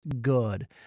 good